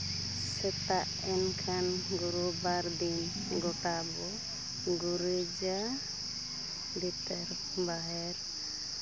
ᱥᱮᱛᱟᱜ ᱮᱱᱠᱷᱟᱱ ᱜᱩᱨᱩᱵᱟᱨ ᱫᱤᱱ ᱜᱚᱴᱟ ᱵᱚ ᱜᱩᱨᱤᱡᱟ ᱵᱷᱤᱛᱟᱹᱨ ᱵᱟᱦᱮᱨ